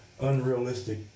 unrealistic